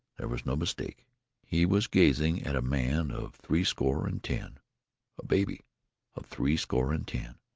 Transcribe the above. there was no mistake he was gazing at a man of threescore and ten a baby of threescore and ten,